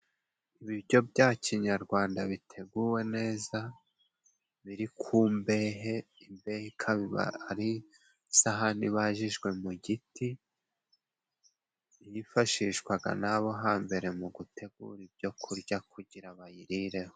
Ibiryo bya kinyarwanda biteguwe neza biri ku mbehe. Imbehe ikaba ari isahani ibajijwe mu giti, yifashishwaga n'abo hambere mu gutegura ibyo kurya kugira bayirireho.